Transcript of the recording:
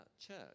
church